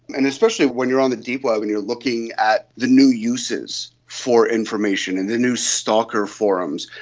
and especially when you are on the deep web and you are looking at the new uses for information, and the new stalker forums.